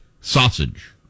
sausage